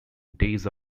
days